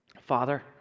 Father